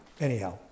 Anyhow